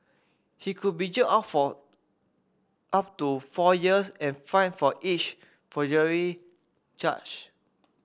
he could be jailed up for up to four years and fined for each forgery charge